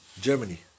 Germany